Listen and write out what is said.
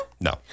No